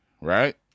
right